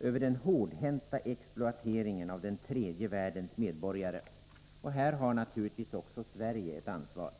över den hårdhänta exploateringen av tredje världens medborgare. Här har naturligtvis också Sverige ett ansvar.